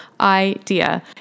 idea